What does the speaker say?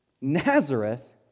Nazareth